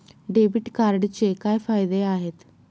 Debit कार्डचे काय फायदे आहेत?